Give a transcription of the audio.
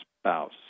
spouse